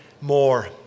more